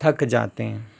थक जाते हैं